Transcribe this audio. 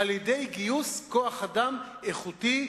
על-ידי גיוס כוח-אדם איכותי,